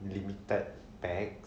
limited pax